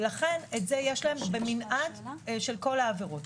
לכן יש את זה במנעד של כל העבירות.